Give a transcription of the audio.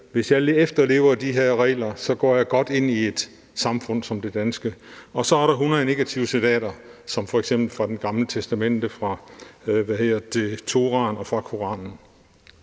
hvis jeg efterlever de her regler, går jeg godt ind i et samfund som det danske. Og så er der 100 negative citater, f.eks. fra Det Gamle Testamente, fra Toraen og fra Koranen.